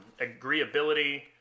agreeability